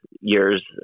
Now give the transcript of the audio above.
years